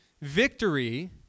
victory